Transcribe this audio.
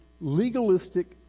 legalistic